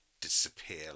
disappear